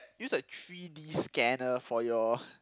use a three-D scanner for your